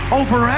over